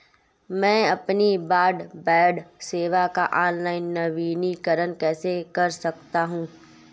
मैं अपनी ब्रॉडबैंड सेवा का ऑनलाइन नवीनीकरण कैसे कर सकता हूं?